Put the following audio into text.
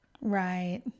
Right